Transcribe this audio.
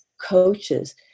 coaches